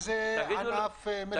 זה ענף מרכזי.